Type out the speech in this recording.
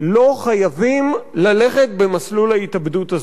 לא חייבים ללכת במסלול ההתאבדות הזה.